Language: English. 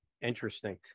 interesting